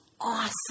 awesome